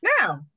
Now